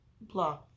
blah